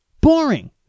Boring